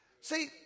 See